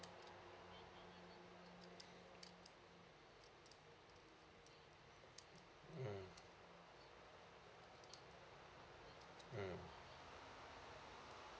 mm